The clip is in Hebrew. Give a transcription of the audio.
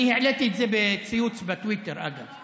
אני העליתי את זה בציוץ בטוויטר, אגב.